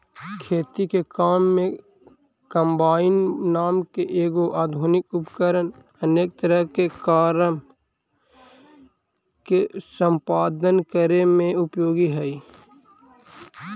खेती के काम में कम्बाइन नाम के एगो आधुनिक उपकरण अनेक तरह के कारम के सम्पादन करे में उपयोगी हई